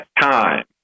time